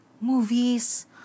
movies